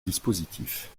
dispositif